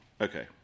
Okay